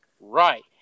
right